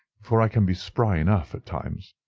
for i can be spry enough at times.